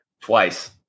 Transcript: Twice